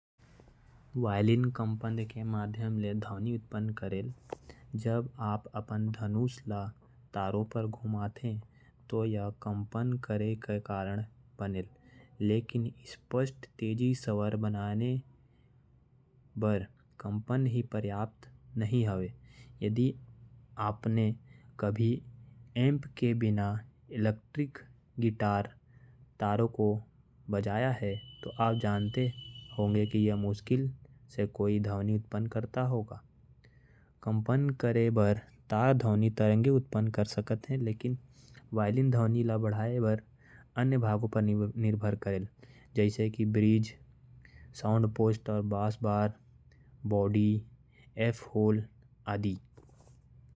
वायलिन के तार कंपन होवत हावयं। वायलिन के डोर ल कंपन करे के खातिर धनुष ले तार तक घुमाये जाथे। ए कंपन ले ध्वनि तरंग पैदा होथे। ये स्पंदन वायलिन के शरीर ले होके यात्रा करत। हावयं अउ खोखला शरीर म गूंजत हावयं। अइसे में वायलिन ले सुंदर अउ समृद्ध ध्वनि निकलत हावय।